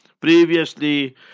Previously